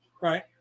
right